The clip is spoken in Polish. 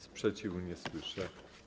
Sprzeciwu nie słyszę.